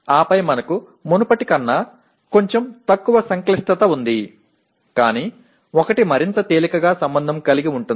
ఆపై మనకు మునుపటి కన్నా కొంచెం తక్కువ సంక్లిష్టత ఉంది కాని ఒకటి మరింత తేలికగా సంబంధం కలిగి ఉంటుంది